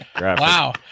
Wow